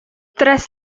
tras